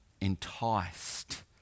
enticed